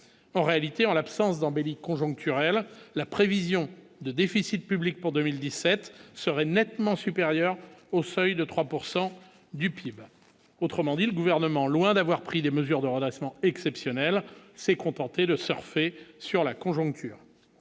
en réalité, en l'absence d'embellie conjoncturelle, la prévision de déficit public pour 2017 serait nettement supérieur au seuil de 3 pourcent du PIB, autrement dit le gouvernement, loin d'avoir pris des mesures de redressement exceptionnel, s'est contenté de surfer sur la conjoncture